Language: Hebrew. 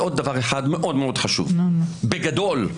בגדול,